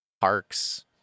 parks